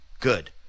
Good